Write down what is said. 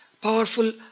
powerful